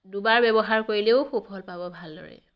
দুবাৰ ব্য়ৱহাৰ কৰিলেও সুফল পাব ভালদৰে